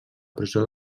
presó